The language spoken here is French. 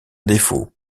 défaut